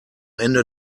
ende